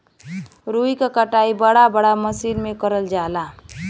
रुई क कटाई बड़ा बड़ा मसीन में करल जाला